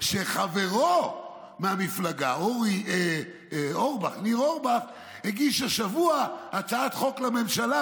כשחברו מהמפלגה ניר אורבך הגיש השבוע הצעת חוק לממשלה,